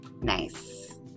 nice